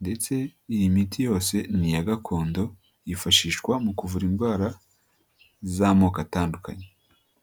ndetse iyi miti yose ni iya gakondo yifashishwa mu kuvura indwara z'amoko atandukanye.